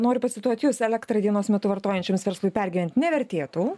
noriu pacituot jus elektrą dienos metu vartojančioms verslui pergyvent nevertėtų